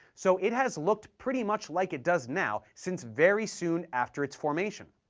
so it has looked pretty much like it does now since very soon after its formation.